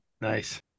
Nice